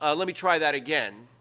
ah let me try that again.